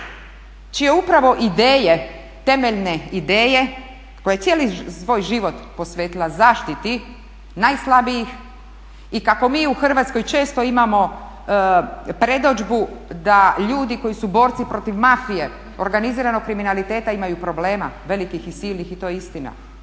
čije upravo ideje, temeljne ideje, koja je cijeli svoj život posvetila zaštiti najslabijih i kako mi u Hrvatskoj često imamo predodžbu da ljudi koji su borci protiv mafije, organiziranog kriminaliteta imaju problema velikih i silnih i to je istina,